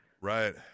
Right